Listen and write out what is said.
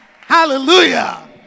Hallelujah